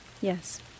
Yes